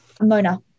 Mona